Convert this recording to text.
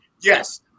yes